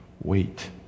Wait